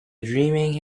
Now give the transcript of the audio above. dreaming